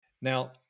Now